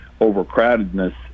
overcrowdedness